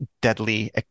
deadly